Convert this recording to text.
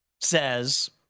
says